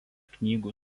knygų